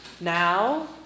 Now